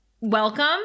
welcome